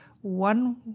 one